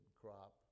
crop